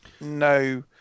no